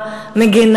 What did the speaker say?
ואני חושבת שציבור גדול,